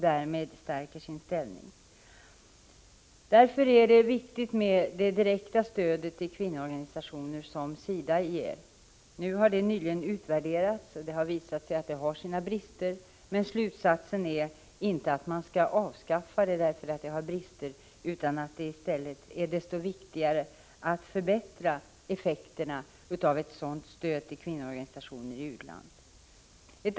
Därmed stärker de sin ställning. Det stöd som SIDA ger är alltså viktigt. Det har nyligen utvärderats och visat sig ha sina brister. Slutsatsen är dock inte att det skall avskaffas, utan i stället att det är desto viktigare att förbättra effekterna av ett sådant stöd till kvinnoorganisationerna i u-länder.